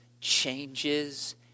changes